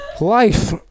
Life